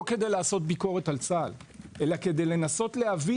לא כדי לעשות ביקורת על צה"ל אלא כדי לנסות להבין